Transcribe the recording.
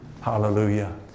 Hallelujah